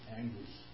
anguish